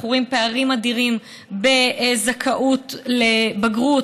אנחנו רואים פערים אדירים בזכאות לבגרות.